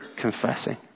confessing